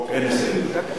אין הסתייגויות.